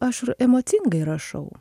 aš emocingai rašau